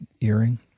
earring